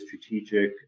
strategic